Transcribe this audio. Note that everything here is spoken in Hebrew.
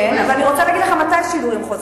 כן, אבל אני רוצה להגיד לך מתי השידורים חוזרים.